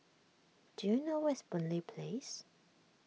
do you know where is Boon Lay Place